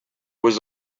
was